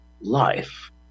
life